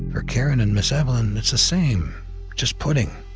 for karen and ms. evelyn, it's the same just pudding.